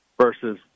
versus